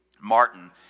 Martin